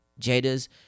Jada's